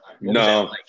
No